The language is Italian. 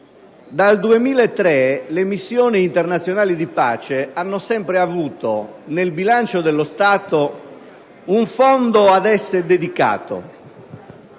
dal 2003 le missioni internazionali di pace hanno sempre avuto nel bilancio dello Stato un Fondo ad esse dedicato.